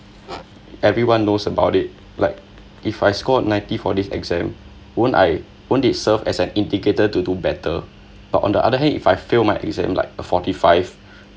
everyone knows about it like if I scored ninety for this exam won't I won't it serve as an indicator to do better but on the other hand if I failed my exam like a forty five